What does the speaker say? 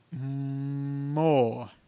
more